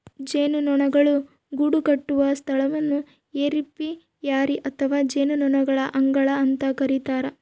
ಜೇನುನೊಣಗಳು ಗೂಡುಕಟ್ಟುವ ಸ್ಥಳವನ್ನು ಏಪಿಯರಿ ಅಥವಾ ಜೇನುನೊಣಗಳ ಅಂಗಳ ಅಂತ ಕರಿತಾರ